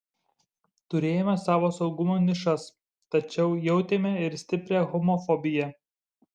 turėjome savo saugumo nišas tačiau jautėme ir stiprią homofobiją